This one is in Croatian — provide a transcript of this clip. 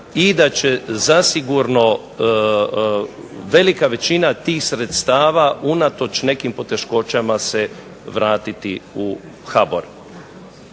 i da će zasigurno velika većina tih sredstava unatoč nekim poteškoćama se vratiti u HBOR.